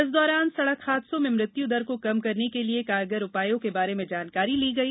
इस दौरान सड़क हादसों में मृत्यू दर को कम करने के लिए कारगर उपायो के बारे में जानकारी ली गई